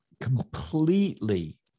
completely